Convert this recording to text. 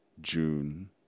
June